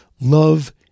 love